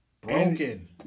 Broken